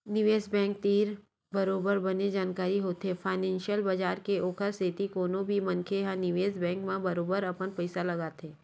निवेस बेंक तीर बरोबर बने जानकारी होथे फानेंसियल बजार के ओखर सेती कोनो भी मनखे ह निवेस बेंक म बरोबर अपन पइसा लगाथे